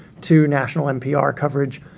to national npr coverage.